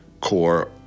core